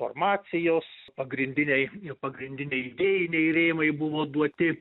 formacijos pagrindiniai pagrindiniai idėjiniai rėmai buvo duoti